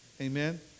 Amen